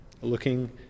looking